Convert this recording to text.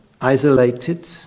isolated